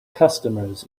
customers